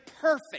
perfect